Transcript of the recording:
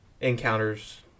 encounters